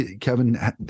Kevin